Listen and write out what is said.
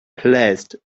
placed